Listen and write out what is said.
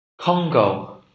Congo